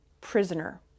prisoner